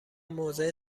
موضع